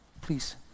Please